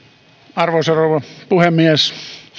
arvoisa rouva puhemies